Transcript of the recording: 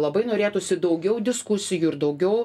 labai norėtųsi daugiau diskusijų ir daugiau